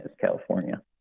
california